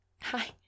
Hi